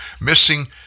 Missing